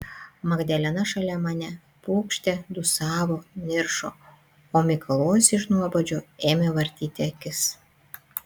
magdalena šalia mane pūkštė dūsavo niršo o mikalojus iš nuobodžio ėmė vartyti akis